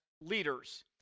leaders